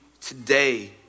today